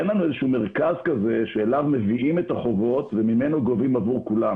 אין לנו איזה מרכז כזה שאליו מביאים את החובות וממנו גובים עבור כולם,